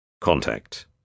Contact